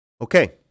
Okay